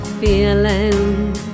Feeling